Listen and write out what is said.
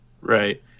Right